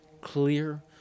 clear